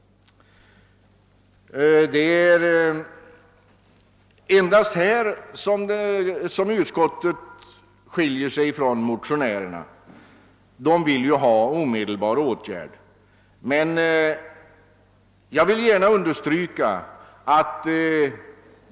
Det är endast på denna punkt som utskottet har en annan inställning än motionärerna som ju önskar omedelbara åtgärder. Jag vill dock gärna understryka att.